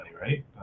right